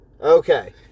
Okay